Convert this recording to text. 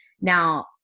Now